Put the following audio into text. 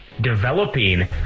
developing